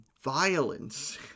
violence